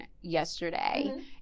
yesterday